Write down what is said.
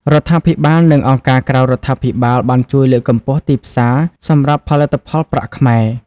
រដ្ឋាភិបាលនិងអង្គការក្រៅរដ្ឋាភិបាលបានជួយលើកកម្ពស់ ទីផ្សារ សម្រាប់ផលិតផលប្រាក់ខ្មែរ។